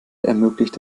ermöglicht